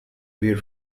wear